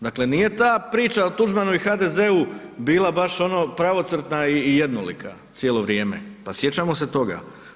Dakle nije ta priča o Tuđmanu i HDZ-u bila baš ono pravocrtna i jednolika cijelo vrijeme, pa sjećamo se toga.